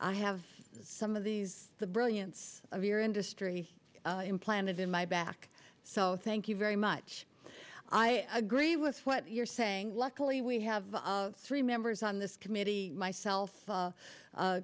i have some of these the brilliance your industry implanted in my back so thank you very much i agree with what you're saying luckily we have three members on this committee myself